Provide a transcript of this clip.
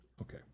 Okay